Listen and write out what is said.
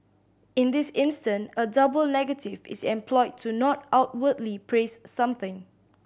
in this instant a double negative is employed to not outwardly praise something